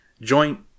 joint